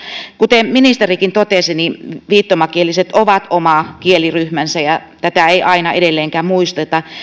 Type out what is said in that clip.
kuten ministerikin totesi viittomakieliset ovat oma kieliryhmänsä ja tätä ei aina edelleenkään muisteta